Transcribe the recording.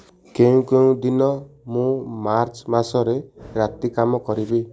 କେଉଁ କେଉଁ ଦିନ ମୁଁ ମାର୍ଚ୍ଚ ମାସରେ ରାତି କାମ କରିବି